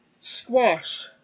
squash